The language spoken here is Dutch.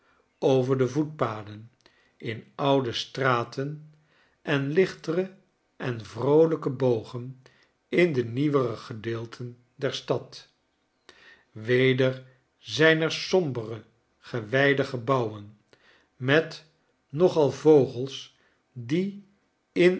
over de voetpaden in oude straten en lichtere en vroolijke bogen in de nieuwere gedeelten der stad weder zijn er sombere gewijde gebouwen met nogal vogels die in